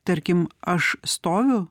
tarkim aš stoviu